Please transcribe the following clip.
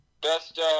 Best